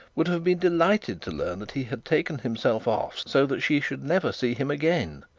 would have been delighted to learn that he had taken himself off so that she should never see him again,